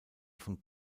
von